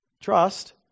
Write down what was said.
trust